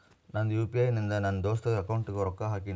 ನಂದ್ U P I ಇಂದ ನನ್ ದೋಸ್ತಾಗ್ ಅಕೌಂಟ್ಗ ರೊಕ್ಕಾ ಹಾಕಿನ್